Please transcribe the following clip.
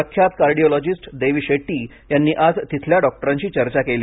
प्रख्यात कार्डिओलॉजिस्ट देवी शेट्टी यांनी आज तिथल्या डॉक्टरांशी चर्चा केली